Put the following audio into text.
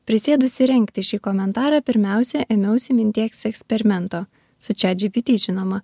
prisėdusi rengti šį komentarą pirmiausia ėmiausi minties eksperimento su chat gpt žinoma